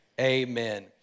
amen